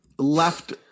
Left